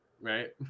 right